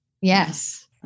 Yes